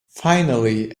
finally